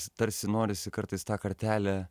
tarsi norisi kartais tą kartelę